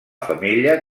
femella